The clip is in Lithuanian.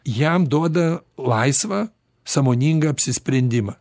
jam duoda laisvą sąmoningą apsisprendimą